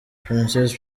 princess